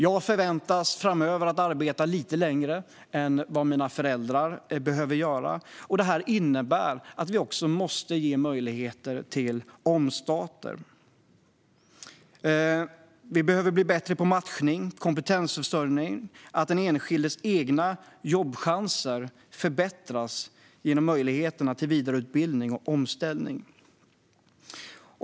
Jag förväntas arbeta lite längre än mina föräldrar, och det innebär att vi också måste ge möjlighet till omstarter. Vi behöver bli bättre på matchning och kompetensförsörjning, och den enskildes egna jobbchanser måste förbättras genom möjlighet till vidareutbildning och omställning.